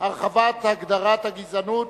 הרחבת הגדרת הגזענות),